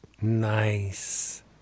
Nice